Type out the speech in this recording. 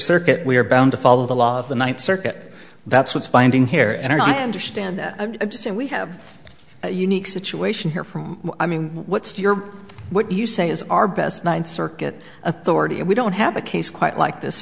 circuit we are bound to follow the law of the ninth circuit that's what's binding here and i understand that i'm saying we have a unique situation here from i mean what's your what you say is our best ninth circuit authority and we don't have a case quite like this